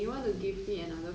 cause why not